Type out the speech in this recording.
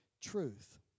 truth